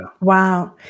Wow